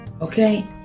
okay